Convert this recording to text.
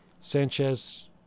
Sanchez